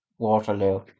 waterloo